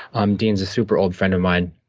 um dean is a super old friend of mine,